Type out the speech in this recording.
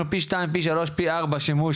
פי שתיים או פי שלוש או פי ארבע שימוש,